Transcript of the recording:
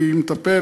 מי מטפל?